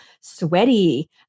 sweaty